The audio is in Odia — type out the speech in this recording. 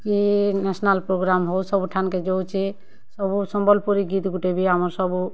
କି ନ୍ୟାସନାଲ୍ ପ୍ରୋଗାମ୍ ହଉ ସବୁଠାନ୍ କେ ଯାଉଛେ ସବୁ ସମ୍ୱଲପୁରୀ ଗୀତ୍ ଗୋଟେ ବି ଆମର୍ ସବୁ